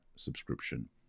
Subscription